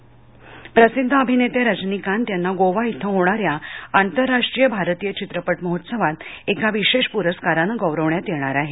रजनीकांत प्रसिद्ध अभिनेते रजनीकांत यांना गोवा इथं होणाऱ्या आंतराराष्ट्रीय भारतीय चित्रपट महोत्सवात एका विशेष पुरस्कारानं गौरवण्यात येणार आहे